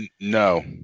no